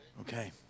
Okay